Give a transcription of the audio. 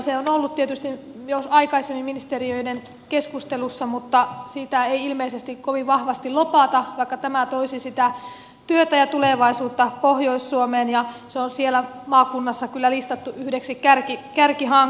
se on ollut tietysti jo aikaisemmin ministeriöiden keskustelussa mutta sitä ei ilmeisesti kovin vahvasti lobata vaikka se toisi sitä työtä ja tulevaisuutta pohjois suomeen ja se on siellä maakunnassa kyllä listattu yhdeksi kärkihankkeeksi